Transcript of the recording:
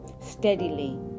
steadily